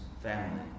family